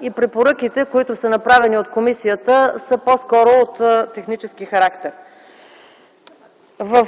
и препоръките, които са направени от комисията са по-скоро от технически характер. В